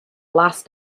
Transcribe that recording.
last